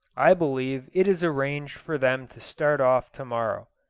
i believe it is arranged for them to start off tomorrow.